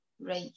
Right